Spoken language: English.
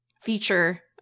feature